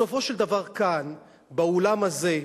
בסופו של דבר, כאן באולם הזה,